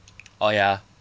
oh ya